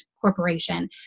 corporation